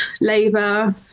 labour